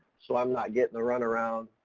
so i'm not getting the run around,